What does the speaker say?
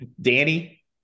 Danny